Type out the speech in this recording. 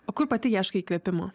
o kur pati ieškai įkvėpimo